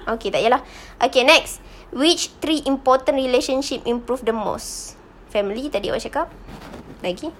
okay tak payah lah okay next which three important relationship improved the most family tadi awak cakap lagi